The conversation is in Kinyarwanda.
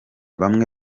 bamwe